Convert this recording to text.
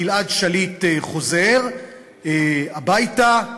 גלעד שליט חוזר הביתה,